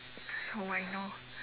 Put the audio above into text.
so I know